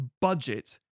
budget